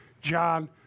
John